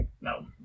No